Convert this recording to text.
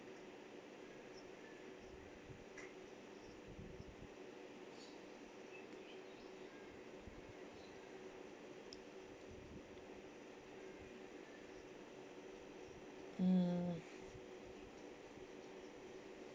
mm